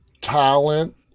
talent